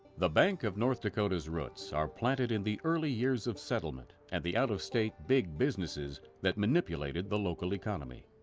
the bank of north dakota's roots are planted in the early years of settlement and the out-of-state big businesses that manipulated the local economy.